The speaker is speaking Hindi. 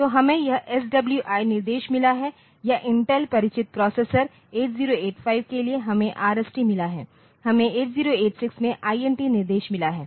तो हमें यह SWI निर्देश मिला है या Intel परिचित प्रोसेसर8085 के लिए हमें RST मिला है हमें 8086 में INT निर्देश मिला है